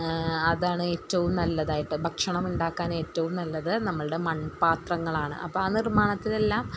അതാണ് ഏറ്റവും നല്ലതായിട്ട് ഭക്ഷണമുണ്ടാക്കാൻ ഏറ്റവും നല്ലത് നമ്മളുടെ മൺപാത്രങ്ങളാണ് അപ്പം ആ നിർമ്മാണത്തിനെല്ലാം